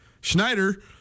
Schneider